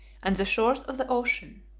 and the shores of the ocean.